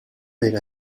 era